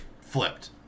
flipped